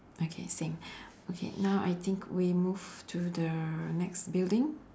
okay same okay now I think we move to the next building